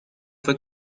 fue